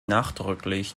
nachdrücklich